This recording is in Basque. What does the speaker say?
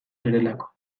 zarelako